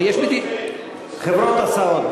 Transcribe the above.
הרי יש, חברות הסעות.